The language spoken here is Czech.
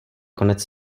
konec